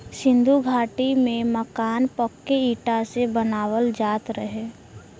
सिन्धु घाटी में मकान पक्के इटा से बनावल जात रहे